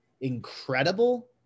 incredible